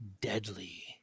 deadly